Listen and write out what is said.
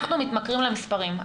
אנחנו מתמכרים למספרים,